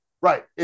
Right